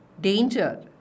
Danger